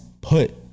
put